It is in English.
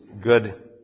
good